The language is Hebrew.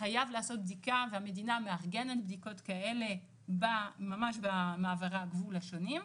חייב לעשות בדיקה והמדינה מארגנת בדיקות כאלה ממש במעברי הגבול השונים.